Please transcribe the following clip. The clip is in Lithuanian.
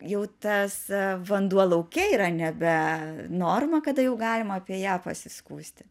jau tas vanduo lauke yra nebe norma kada jau galima apie ją pasiskųsti